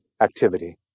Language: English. activity